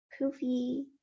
poofy